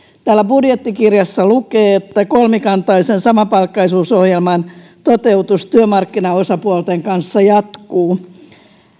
täällä budjettikirjassa lukee kolmikantaisen samapalkkaisuusohjelman toteutus työmarkkinaosapuolten kanssa jatkuu